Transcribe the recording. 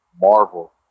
Marvel